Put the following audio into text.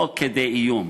לא כדי איום,